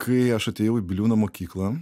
kai aš atėjau į biliūno mokyklą